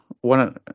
One